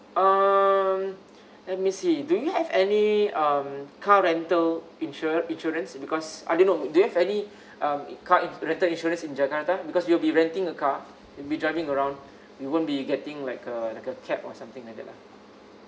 um let me see do you have any um car rental insurer insurance because I don't know do you have any um car rental insurance in jakarta because we'll be renting a car and we'll driving around we won't be getting like uh like a cab or something like that lah